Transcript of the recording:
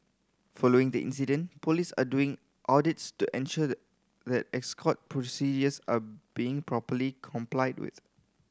following the incident police are doing audits to ensure the that escort procedures are being properly complied with